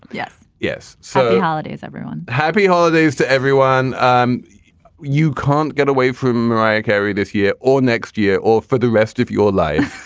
yes. yes. so holidays, everyone. happy holidays to everyone. um you can't get away from mariah carey this year or next year or for the rest of your life.